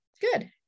Good